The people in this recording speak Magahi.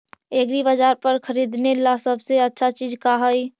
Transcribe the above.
एग्रीबाजार पर खरीदने ला सबसे अच्छा चीज का हई?